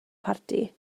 parti